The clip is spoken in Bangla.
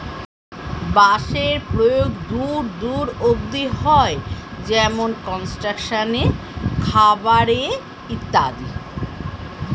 বাঁশের প্রয়োগ দূর দূর অব্দি হয়, যেমন কনস্ট্রাকশন এ, খাবার এ ইত্যাদি